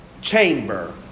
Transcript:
chamber